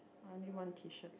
only one T-shirt